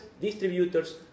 distributors